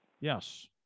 Yes